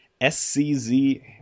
S-C-Z